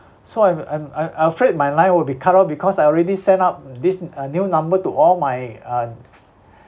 so I'm I'm I'm afraid my line will be cut off because I already sent out this uh new number to all my uh